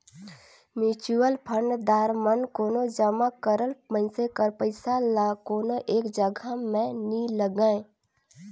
mutual fund दार मन कोनो जमा करल मइनसे कर पइसा ल कोनो एक जगहा में नी लगांए